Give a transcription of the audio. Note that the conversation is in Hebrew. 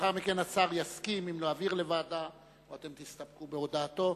ולאחר מכן השר יסכים להעביר לוועדה או שאתם תסתפקו בהודעתו.